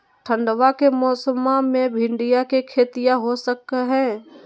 ठंडबा के मौसमा मे भिंडया के खेतीया हो सकये है?